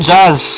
Jazz